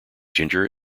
ginger